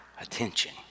attention